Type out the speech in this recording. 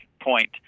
point